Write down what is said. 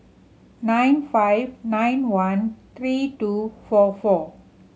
nine five nine one three two four four